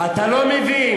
אתה לא מבין.